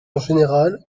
général